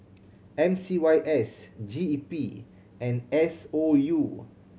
M C Y S G E P and S O U